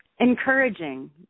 Encouraging